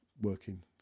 working